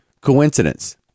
coincidence